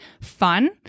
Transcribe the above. fun